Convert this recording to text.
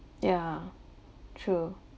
yeah true